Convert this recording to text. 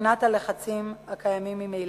מבחינת הלחצים הקיימים ממילא.